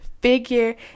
figure